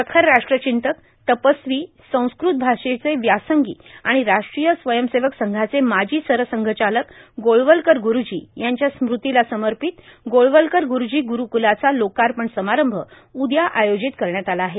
प्रखर राष्ट्रचिंतक तपस्वी संस्क्रत भाषेचे व्यासंगी आणि राष्ट्रीय स्वयंसेवक संघाचे माजी सरसंघचालक गोळवलकर ग्रुरूजी यांच्या स्मृतीला समर्पित गोळवलकर ग्रुरूजी गुरूकुलाचा लोकार्पण समारंभ उद्या आयोजित करण्यात आला आहे